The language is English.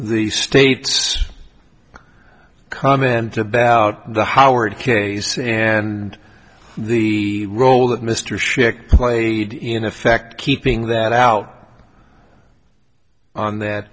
the state's comment about the howard case and the role that mr scheck played in effect keeping that out on that